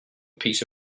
piece